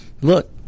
Look